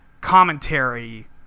commentary